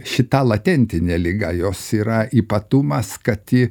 šita latentinė liga jos yra ypatumas kad